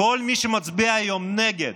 כל מי שמצביע היום נגד,